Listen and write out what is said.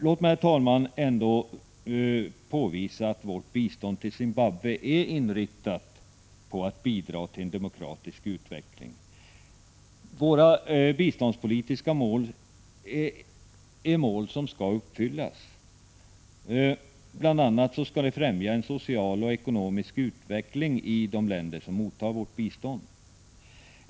Låt mig, herr talman, påvisa att vårt bistånd till Zimbabwe är inriktat på att bidra till en demokratisk utveckling. Våra biståndspolitiska mål skall uppfyllas. Bl. a. skall biståndet främja en social och ekonomisk utveckling i de länder som mottar vårt bistånd.